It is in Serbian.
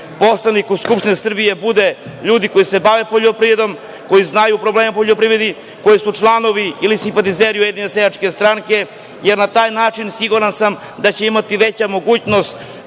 poslanika u Skupštini Srbije budu ljudi koji se bave poljoprivredom, koji znaju probleme u poljoprivredi, koji su članovi ili simpatizeri Ujedinjene seljačke stranke, jer na taj način siguran sam da će imati veća mogućnost